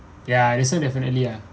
ya that's one definitely ah